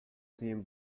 team